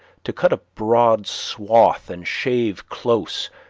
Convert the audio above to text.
to cut a broad swath and shave close,